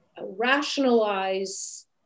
rationalize